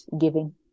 giving